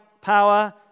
power